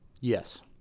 Yes